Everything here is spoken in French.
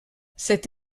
cette